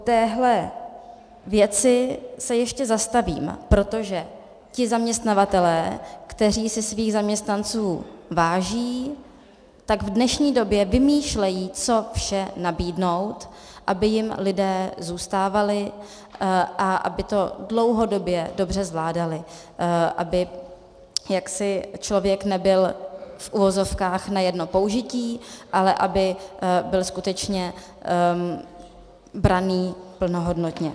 U téhle věci se ještě zastavím, protože ti zaměstnavatelé, kteří si svých zaměstnanců váží, tak v dnešní době vymýšlejí, co vše nabídnout, aby jim lidé zůstávali a aby to dlouhodobě dobře zvládali, aby jaksi člověk nebyl v uvozovkách na jedno použití, ale aby byl skutečně braný plnohodnotně.